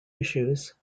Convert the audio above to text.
issues